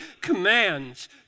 commands